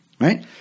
Right